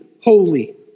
holy